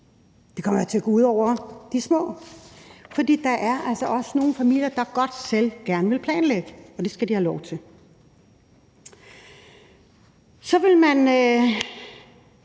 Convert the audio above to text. Det kommer da til at gå ud over de små, for der er altså også nogle familier, der gerne selv vil planlægge, og det skal de have lov til. Så vil man